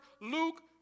Luke